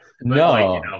no